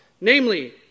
namely